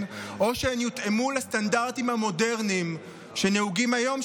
או שהן יותאמו לסטנדרטים המודרניים שנהוגים היום,